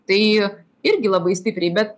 tai irgi labai stipriai bet